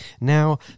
now